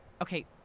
Okay